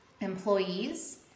employees